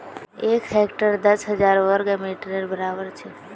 एक हेक्टर दस हजार वर्ग मिटरेर बड़ाबर छे